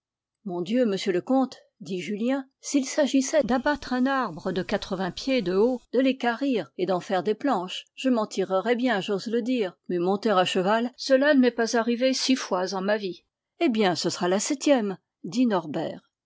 mon dieu monsieur le comte dit julien s'il s'agissait d'abattre un arbre de quatre-vingts pieds de haut de équarrir et d'en faire des planches je m'en tirerais bien j'ose le dire mais monter à cheval cela ne m'est pas arrivé six fois en ma vie eh bien ce sera la septième dit norbert